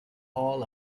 hall